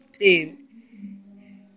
pain